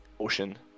ocean